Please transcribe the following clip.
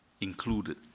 included